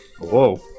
Whoa